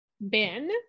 Ben